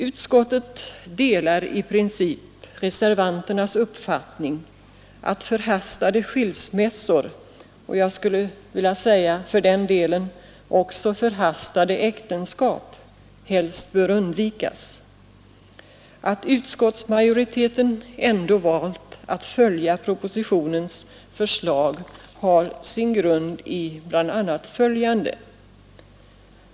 Utskottet delar i princip reservanternas uppfattning att förhastade skilsmässor — jag skulle för den delen vilja säga: också förhastade äktenskap — helst bör undvikas. Att utskottsmajoriteten ändå valt att följa propositionens förslag har sin grund i bl.a. följande.